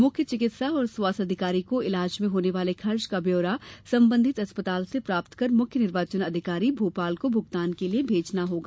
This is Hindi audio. मुख्य चिकित्सा एवं स्वास्थ्य अधिकारी को इलाज में होने वाले खर्च का ब्यौरा संबंधित अस्पताल से प्राप्त कर मुख्य निर्वाचन अधिकारी भोपाल को भुगतान के लिए भेजना होगा